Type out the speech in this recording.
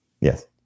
Yes